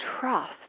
trust